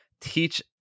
teach